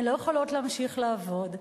הן לא יכולות להמשיך לעבוד,